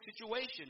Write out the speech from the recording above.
situation